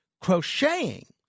Crocheting